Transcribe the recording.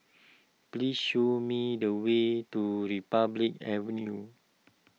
please show me the way to Republic Avenue